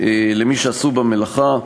למי שעשו במלאכה,